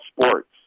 sports